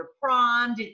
prom